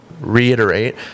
reiterate